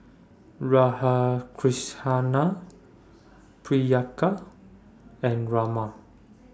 Priyanka and Raman